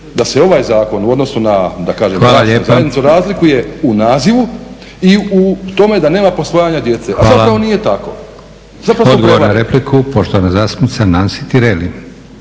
da se ovaj zakon u odnosu na bračnu zajednicu razlikuje u nazivu i u tome da nema posvajanja djece, a zapravo nije tako.